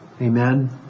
Amen